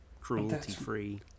cruelty-free